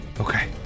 Okay